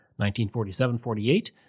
1947-48